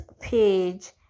page